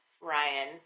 Ryan